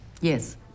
Yes